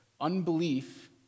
Unbelief